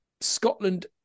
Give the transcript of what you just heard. Scotland